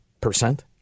percent